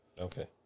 Okay